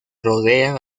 rodean